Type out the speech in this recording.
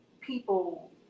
people